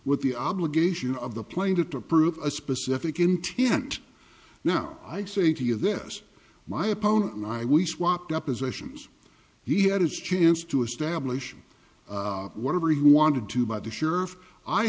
with the obligation of the plane to to prove a specific intent now i say to you this my opponent and i we swapped oppositions he had his chance to establish whatever he wanted to by the sheriff i